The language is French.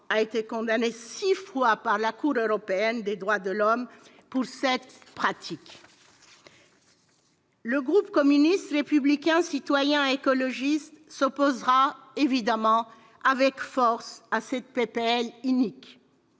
a été condamnée six fois par la Cour européenne des droits de l'homme pour cette pratique. Le groupe communiste républicain citoyen et écologiste s'opposera évidemment avec force à cette proposition